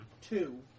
Two